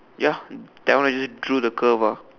ya that one I just drew the curve ah